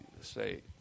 say